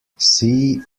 see